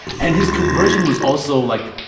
and his conversion was also, like,